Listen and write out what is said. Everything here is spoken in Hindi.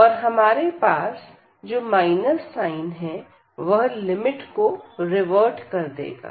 और हमारे पास जो माइनस साइन है वह लिमिट को रिवर्ट कर देगा